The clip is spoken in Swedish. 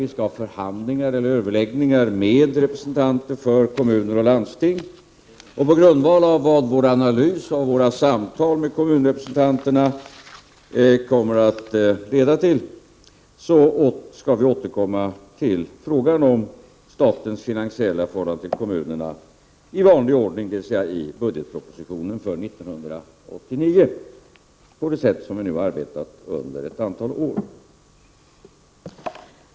Vi skall ha överläggningar med representanter för kommuner och landsting. På grundval av vad vår analys och våra samtal med kommunrepresentanterna kommer att leda till skall vi återkomma till frågan om statens finansiella stöd till kommunerna i vanlig ordning, dvs. i budgetpropositionen för 1989, på det sätt som vi nu arbetat på under ett antal år.